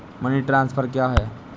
Money transfer क्या है?